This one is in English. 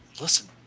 listen